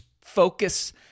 focus